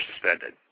suspended